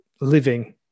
living